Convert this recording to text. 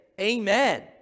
amen